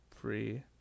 free